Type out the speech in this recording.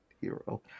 Hero